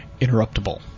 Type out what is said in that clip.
interruptible